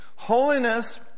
Holiness